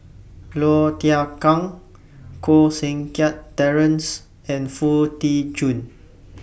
Low Thia Khiang Koh Seng Kiat Terence and Foo Tee Jun